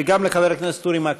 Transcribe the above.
וגם לחבר הכנסת אורי מקלב.